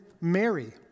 Mary